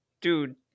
dude